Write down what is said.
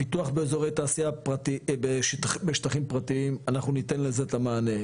פיתוח בשטחים פרטיים אנחנו ניתן לזה את המענה,